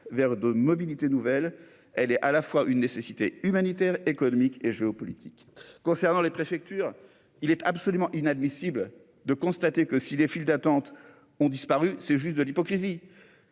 vers de mobilité nouvelles, elle est à la fois une nécessité humanitaire, économique et géopolitique concernant les préfectures, il est absolument inadmissible de constater que si les files d'attente ont disparu, c'est juste de l'hypocrisie,